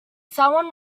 someone